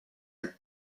are